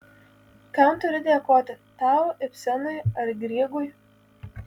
kam turiu dėkoti tau ibsenui ar grygui